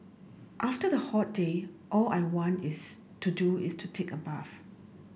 after a hot day all I want is to do is take a bath